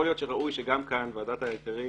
יכול להיות שראוי שגם כאן, ועדת ההיתרים